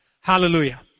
Hallelujah